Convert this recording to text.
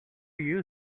you